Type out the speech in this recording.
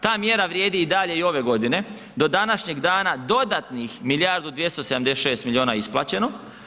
Ta mjera vrijedi i dalje i ove godine, do današnjeg dana dodatnih milijardu 276 miliona isplaćeno.